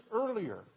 earlier